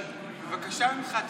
אבל בבקשה ממך,